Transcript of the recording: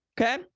okay